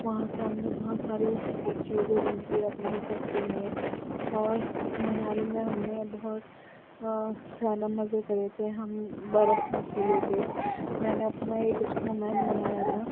وہاں سے ہم نے بہت ساری چیزیں لی تھیں اپنے سب کے لیے اور منالی میں ہم نے بہت زیادہ مزے کرے تھے ہم برف میں کھیلے تھے میں نے اپنا ایک اسنو مین بنایا تھا